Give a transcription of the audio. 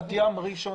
בת ים-ראשון,